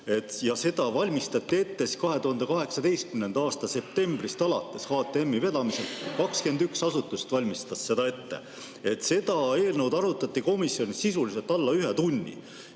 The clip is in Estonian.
seda valmistati ette 2018. aasta septembrist alates HTM-i vedamisel, 21 asutust valmistas seda ette –, seda eelnõu arutati komisjonis sisuliselt alla ühe tunni.